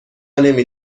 نمی